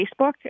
Facebook